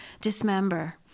dismember